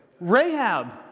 Rahab